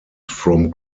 from